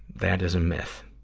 that is a myth.